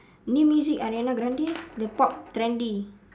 new music ariana-grande the pop trendy